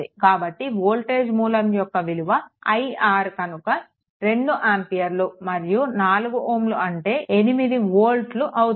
కాబట్టి వోల్టేజ్ మూలం యొక్క విలువ iR కనుక 2 ఆంపియర్ మరియు 4 Ω అంటే 8 వోల్ట్లు అవుతుంది